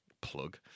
plug